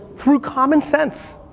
through common sense,